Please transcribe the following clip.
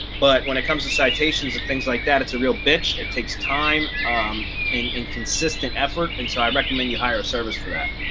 but when it comes to citations and things like that, it's a real bitch. it takes time um and and consistent effort. and so i recommend you hire a service for that.